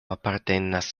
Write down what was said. apartenas